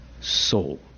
soul